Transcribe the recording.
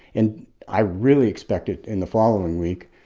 and i really expect it in the following week,